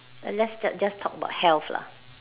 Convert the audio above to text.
let's just just talk about health lah